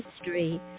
history